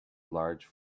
large